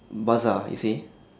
bazaar you see